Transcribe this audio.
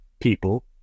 people